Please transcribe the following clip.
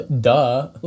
Duh